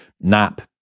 nap